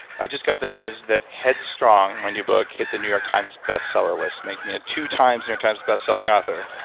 i just got the news that headstrong, my new book, hit the new york times bestseller list, making me a two times new york times bestselling author